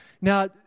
Now